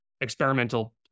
experimental